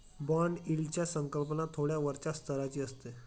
bond यील्डची संकल्पना थोड्या वरच्या स्तराची असते